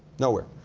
nowhere.